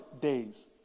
days